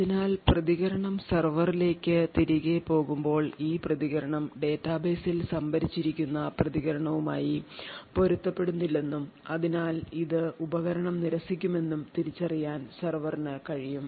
അതിനാൽ പ്രതികരണം സെർവറിലേക്ക് തിരികെ പോകുമ്പോൾ ഈ പ്രതികരണം ഡാറ്റാബേസിൽ സംഭരിച്ചിരിക്കുന്ന പ്രതികരണവുമായി പൊരുത്തപ്പെടുന്നില്ലെന്നും അതിനാൽ ഇത് ഉപകരണം നിരസിക്കുമെന്നും തിരിച്ചറിയാൻ സെർവറിന് കഴിയും